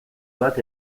bat